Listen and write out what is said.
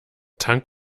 tank